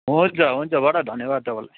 हुन्छ हुन्छ बडा धन्यवाद तपाईँलाई